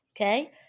Okay